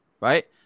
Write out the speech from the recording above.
right